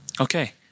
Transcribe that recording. Okay